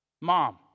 Mom